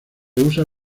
usa